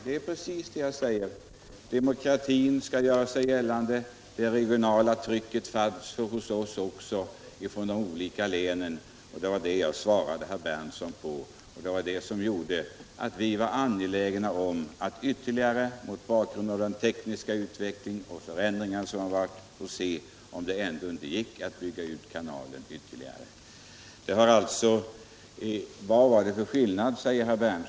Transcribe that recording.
Det är precis vad jag säger; demokratin skall göra sig gällande, det regionala trycket från de olika länen kände vi också. Det var det jag svarade herr Berndtson. Mot bakgrund av den tekniska utveckling och förändring som hade ägt rum var vi angelägna om att få klarlagt om det var ekonomiskt möjligt att bygga ut kanalen ytterligare.